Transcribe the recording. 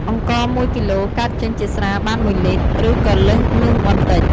អង្ករមួយគីឡូកើតចេញជាស្រាបានមួយលីត្រ ឬក៏លើសនោះបន្តិច។